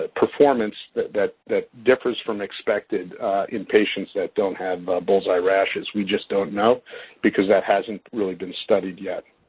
ah performance that that differs from expected in patients that don't have bullseye rashes. we just don't know because that hasn't really been studied yet.